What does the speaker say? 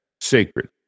sacred